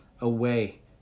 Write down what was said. away